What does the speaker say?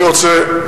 אני רוצה,